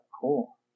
Cool